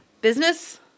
business